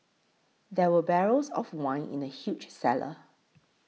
there were barrels of wine in the huge cellar